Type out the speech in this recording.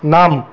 নাম